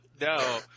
no